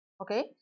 okay